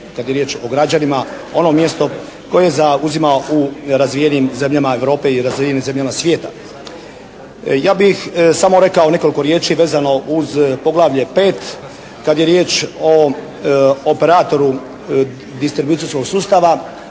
kad je riječ o građanima, ono mjesto koje zauzima u razvijenim zemljama Europe i razvijenim zemljama svijeta. Ja bih samo rekao nekoliko riječi vezano uz poglavlje 5. Kad je riječ o operatoru distribucijskog sustava